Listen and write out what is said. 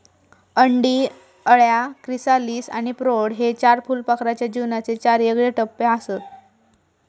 अंडी, अळ्या, क्रिसालिस आणि प्रौढ हे चार फुलपाखराच्या जीवनाचे चार येगळे टप्पेआसत